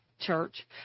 church